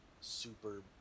super